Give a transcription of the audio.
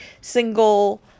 single